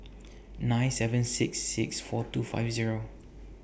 nine seven six six four two five Zero